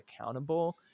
accountable